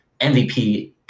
MVP